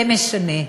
זה משנה.